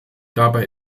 dabei